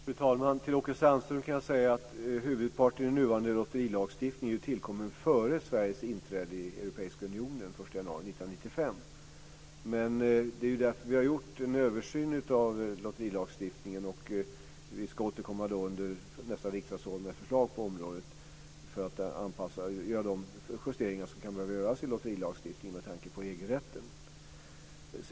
Fru talman! Till Åke Sandström kan jag säga att huvudparten i den nuvarande lotterilagstiftningen är tillkommen före Sveriges inträde i Europeiska unionen den 1 januari 1995. Det är därför vi har gjort en översyn av lotterilagstiftningen. Vi ska återkomma under nästa riksdagsår med förslag på området för att göra de justeringar som kan behöva göras i lotterilagstiftningen med tanke på EG-rätten.